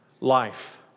life